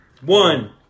One